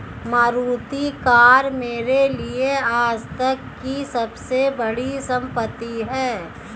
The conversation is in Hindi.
मारुति कार मेरे लिए आजतक की सबसे बड़ी संपत्ति है